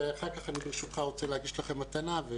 ואחר כך אני ברשותך רוצה להגיש לכם מתנה.